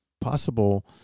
possible